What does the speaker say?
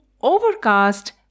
Overcast